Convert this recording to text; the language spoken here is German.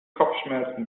kopfschmerzen